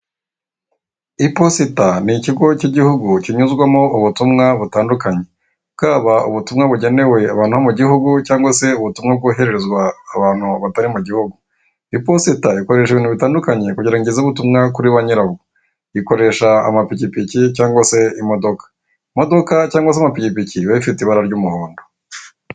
IPOSITA n'ikigo cy'igihugu kinyuzwamo ubutumwa butandukanye, bwaba ubutumwa bugenewe abantu bo mu gihugu cyangwa se ubutumwa bwohererezwa abantu batari mu gihugu. IPOSITA ikoresha ibintu bitandukanye kugira ngo igeze ubutumwa kuri banyirabwo, ikoresha amapikipiki cyangwa se imodoka, imodoka cyangwa se amapikipiki biba bifite ibara ry'umuhondo.